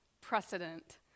precedent